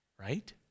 right